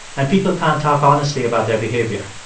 and people can't talk honestly about their behavior.